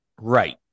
Right